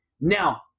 Now